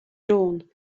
dawn